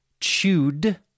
Chewed